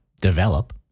develop